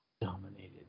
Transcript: dominated